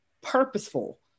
purposeful